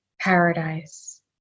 paradise